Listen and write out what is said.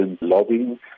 lobbying